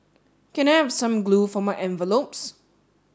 can I have some glue for my envelopes